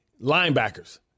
linebackers